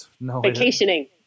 Vacationing